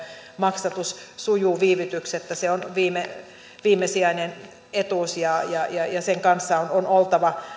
maksatus sujuu viivytyksettä se on viimesijainen etuus ja sen kanssa on on oltava